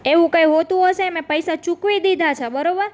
એવું કંઈ હોતું હશે મેં પૈસા ચૂકવી દીધા છે બરાબર